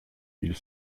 ils